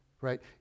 right